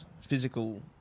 physical